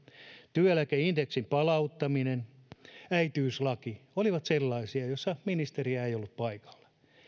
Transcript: työeläkeindeksin palauttaminen ja äitiyslakialoite olivat sellaisia joissa ministeriä ei ollut paikalla